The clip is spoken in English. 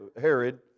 Herod